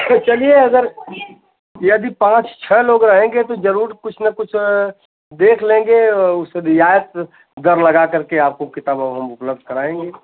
तो चलिए अगर पाँच छः लोग रहेंगे तो जरूर कुछ न कुछ देख लेंगे कुछ रियायत दर लगाकर किताब अब हम उपलब्ध कराएंगे